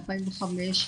2005,